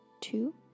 two